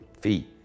feet